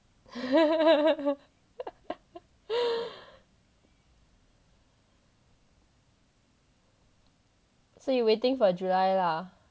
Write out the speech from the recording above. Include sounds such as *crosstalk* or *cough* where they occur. *laughs* so you waiting for july lah